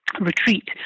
retreat